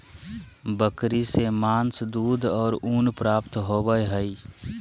बकरी से मांस, दूध और ऊन प्राप्त होबय हइ